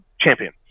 champion